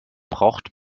braucht